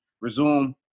resume